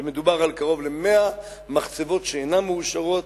ומדובר על קרוב ל-100 מחצבות שאינן מאושרות,